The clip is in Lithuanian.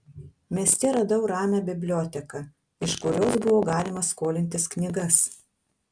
mieste radau ramią biblioteką iš kurios buvo galima skolintis knygas